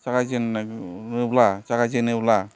जागायजेन्नाय ब्ला जागायजेनोब्ला